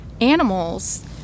animals